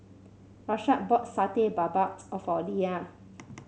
Rashaad bought Satay Babat a for Lea